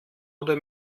oder